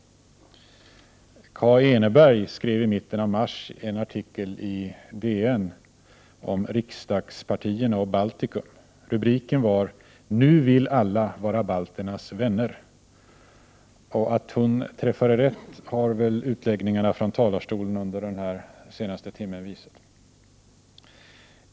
Kaa Eneberg skrev i mitten av mars en artikel i DN om riksdagspartierna och Baltikum. Rubriken var ”Nu vill alla vara balternas vänner”, och att hon träffade rätt har väl utläggningarna från talarstolen under den senaste timmen visat.